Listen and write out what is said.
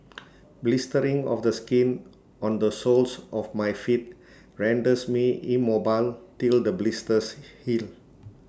blistering of the skin on the soles of my feet renders me immobile till the blisters heal